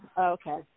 Okay